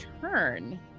turn